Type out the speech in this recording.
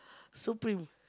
Supreme